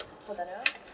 hold on ah